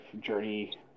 journey